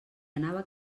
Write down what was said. anava